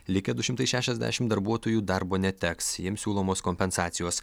likę du šimtai šešiasdešimt darbuotojų darbo neteks jiems siūlomos kompensacijos